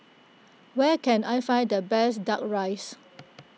where can I find the best Duck Rice